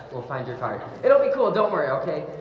we'll find your fire. it'll be cool don't worry. okay,